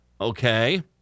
Okay